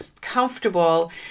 comfortable